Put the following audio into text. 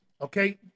Okay